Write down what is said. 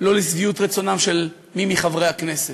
לא לשביעות רצונם של מי מחברי הכנסת,